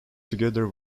together